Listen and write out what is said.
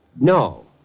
no